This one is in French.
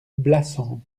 blassans